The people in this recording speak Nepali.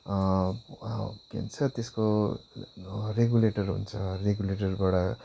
के भन्छ त्यसको रेगुलेटर हुन्छ रेगुलेटरबाट